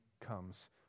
comes